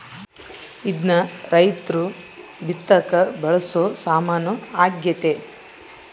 ಇದ್ನ ರೈರ್ತು ಬಿತ್ತಕ ಬಳಸೊ ಸಾಮಾನು ಆಗ್ಯತೆ